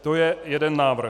To je jeden návrh.